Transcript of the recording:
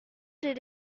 did